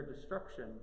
destruction